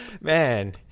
man